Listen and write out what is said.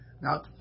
now